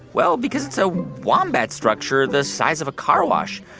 well, because it's a wombat structure the size of a carwash.